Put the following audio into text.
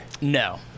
No